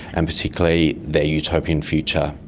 and particularly their utopian future.